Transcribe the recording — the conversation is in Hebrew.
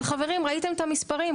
אבל ראיתם את המספרים.